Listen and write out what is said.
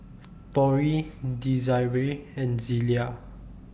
Torie Desirae and Zelia